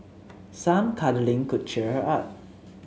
some cuddling could cheer her up